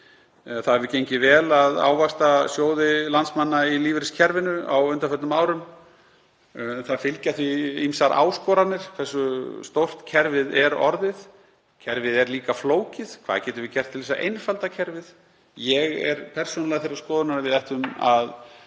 Það hefur gengið vel að ávaxta sjóði landsmanna í lífeyriskerfinu á undanförnum árum. Það fylgja því ýmsar áskoranir hversu stórt kerfið er orðið. Kerfið er líka flókið. Hvað getum við gert til þess að einfalda kerfið? Ég er persónulega þeirrar skoðunar að við ættum að